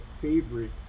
favorite